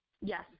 Yes